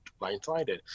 blindsided